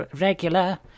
regular